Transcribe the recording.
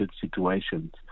situations